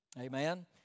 Amen